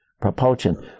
propulsion